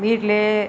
வீட்டிலயே